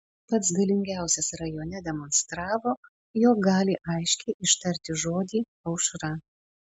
pats galingiausias rajone demonstravo jog gali aiškiai ištarti žodį aušra